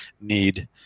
need